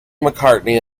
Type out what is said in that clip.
mccartney